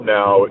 now